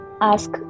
ask